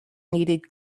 needed